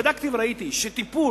בדקתי וראיתי שטיפול